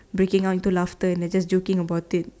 breaking out into laughter and then just joking about it